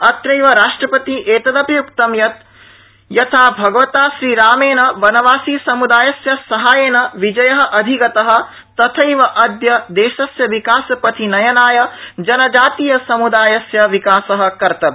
अत्रैव राष्ट्रपति एतदपि उक्तं यत् यथा भगवता श्रीरामेन वनवासीसम्दायस्य सहाय्येन विजय अधिगमत तथैव अद्य देशस्य विकासपथि नयनाय जनजातीसम्दायस्य विकास कर्तव्य